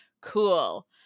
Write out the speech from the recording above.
cool